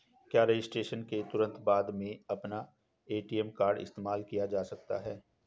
क्या रजिस्ट्रेशन के तुरंत बाद में अपना ए.टी.एम कार्ड इस्तेमाल किया जा सकता है?